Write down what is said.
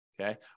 Okay